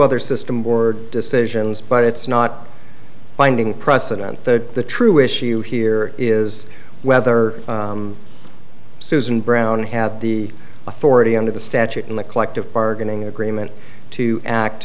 other system board decisions but it's not binding precedent that the true issue here is whether susan brown had the authority under the statute in the collective bargaining agreement to act